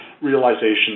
realization